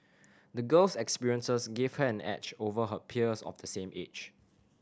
the girl's experiences gave her an edge over her peers of the same age